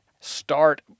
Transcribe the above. start